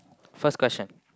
first question